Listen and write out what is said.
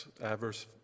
adverse